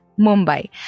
Mumbai